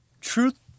truth